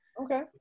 Okay